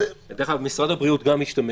דרך אגב, משרד הבריאות גם השתמש